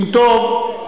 אם טוב,